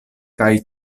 kaj